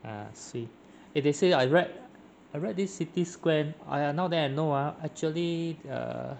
ah swee eh they say I read I read this city square !aiya! now then I know ah actually err